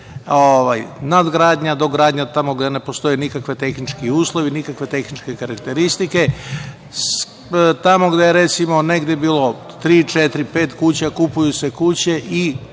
nadgradnja, dogradnja, tamo gde ne postoje nikakvi tehnički uslovi, nikakve tehničke karakteristike. Tamo gde je negde bilo tri, četiri i pet kuća, kupuju se kuće i